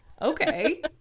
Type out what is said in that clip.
Okay